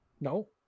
No